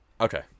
Okay